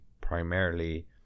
primarily